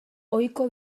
ohiko